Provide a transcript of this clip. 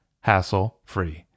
hassle-free